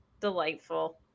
delightful